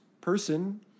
person